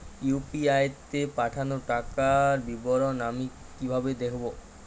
UPI তে পাঠানো টাকার বিবরণ আমি কিভাবে দেখবো?